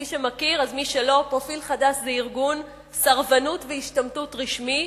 מי שמכיר או מי שלא: "פרופיל חדש" זה ארגון סרבנות והשתמטות רשמי,